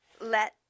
let